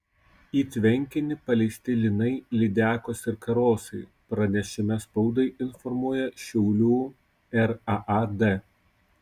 į tvenkinį paleisti lynai lydekos ir karosai pranešime spaudai informuoja šiaulių raad